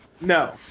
No